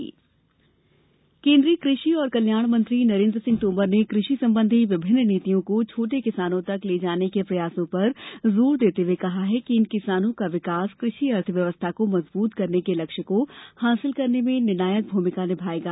कृषि नीति केन्द्रीय कृषि और कल्याण मंत्री नरेन्द्र सिंह तोमर ने कृषि संबंधी विभिन्न नीतियों को छोटे किसानों तक ले जाने के प्रयासों पर जोर देते हुए कहा है कि इन किसानों का विकास कृषि अर्थव्यवस्था को मजबूत करने के लक्ष्य को हासिल करने में निर्णायक भूमिका निभायेगा